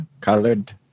Colored